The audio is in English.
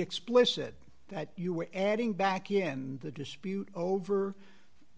explicit that you were adding back in the dispute over